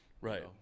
Right